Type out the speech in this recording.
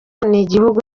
n’igihugu